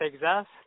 Texas